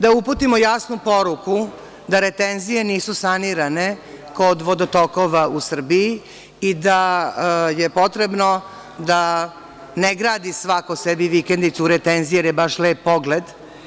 Da uputimo jasnu poruku da retenzije nisu sanirane kod vodotokova u Srbiji i da je potrebno da ne gradi svako sebi vikendicu u retenziji jer je baš lep pogled.